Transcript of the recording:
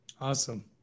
Awesome